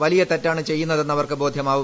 വലിയ തെറ്റാണ് ചെയ്യുന്നതെന്ന് അവർക്ക് ബോധ്യമാവും